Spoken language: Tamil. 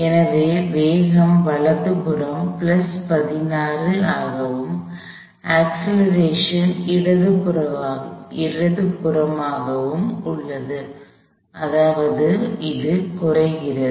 எனவே வேகம் வலதுபுறம் 16 ஆகவும் அக்ஸ்லரேஷன் இடதுபுறமாகவும் உள்ளது அதாவது அது குறைகிறது